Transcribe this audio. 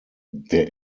der